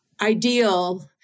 ideal